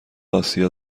آسیا